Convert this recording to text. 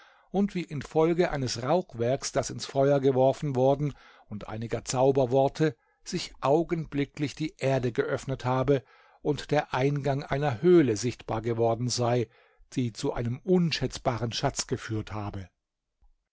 und wie infolge eines rauchwerks das ins feuer geworfen worden und einiger zauberworte sich augenblicklich die erde geöffnet habe und der eingang einer höhle sichtbar geworden sei die zu einem unschätzbaren schatz geführt habe